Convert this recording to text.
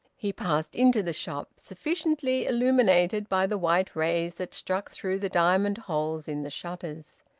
he passed into the shop, sufficiently illuminated by the white rays that struck through the diamond holes in the shutters.